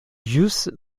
ĵus